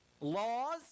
laws